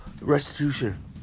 restitution